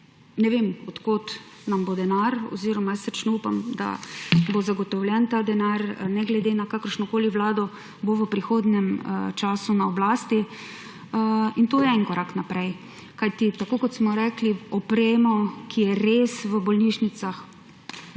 ne vem, od kod nam bo denar, oziroma srčno upam, da bo zagotovljen ta denar, ne glede na to, kakršna koli vlada bo v prihodnjem času na oblasti. In to je en korak naprej, kajti, tako kot smo rekli, v opremo, ki je res v bolnišnicah v